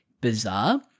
bizarre